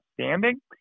standing